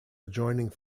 adjoining